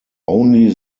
only